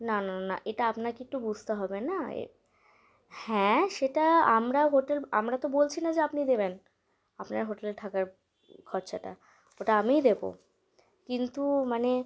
না না না এটা আপনাকে একটু বুঝতে হবে না হ্যাঁ সেটা আমরা হোটেল আমরা তো বলছি না যে আপনি দেবেন আপনার হোটেলে থাকার খরচাটা ওটা আমিই দেবো কিন্তু মানে